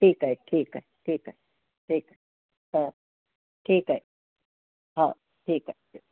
ठीक आहे ठीक आहे ठीक आहे ठीक हा ठीक आहे हा ठीक आहे